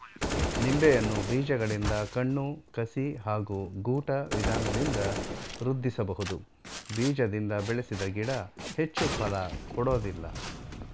ನಿಂಬೆಯನ್ನು ಬೀಜಗಳಿಂದ ಕಣ್ಣು ಕಸಿ ಹಾಗೂ ಗೂಟ ವಿಧಾನದಿಂದ ವೃದ್ಧಿಸಬಹುದು ಬೀಜದಿಂದ ಬೆಳೆಸಿದ ಗಿಡ ಹೆಚ್ಚು ಫಲ ಕೊಡೋದಿಲ್ಲ